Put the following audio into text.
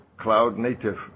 cloud-native